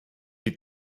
die